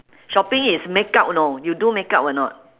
shopping is makeup you know you do makeup or not